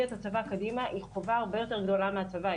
את הצבא קדימה היא חובה הרבה יותר גדולה מהצבא,